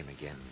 again